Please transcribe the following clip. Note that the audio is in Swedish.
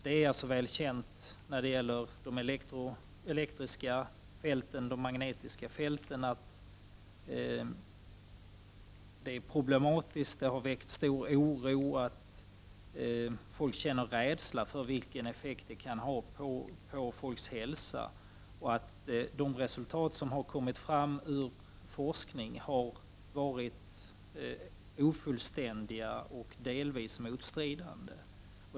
Det är väl känt när det gäller de elektriska och magnetiska fälten att det finns problem. Folk känner stor oro och rädsla för vilken effekt dessa fält kan ha på folks hälsa. De resultat som har kommit fram ur forskning har varit ofullständiga och delvis motstridande.